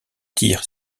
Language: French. tire